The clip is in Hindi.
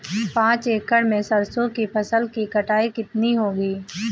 पांच एकड़ में सरसों की फसल की कटाई कितनी होगी?